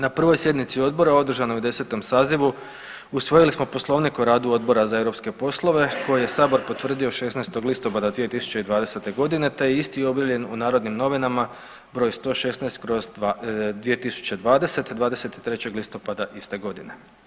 Na prvoj sjednici odbora održanoj u 10. sazivu usvojili smo Poslovnik o radu Odbora za europske poslove koji je sabor potvrdio 16. listopada 2020.g., te je isti objavljen u Narodnim novinama br. 116/2020 23. listopada iste godine.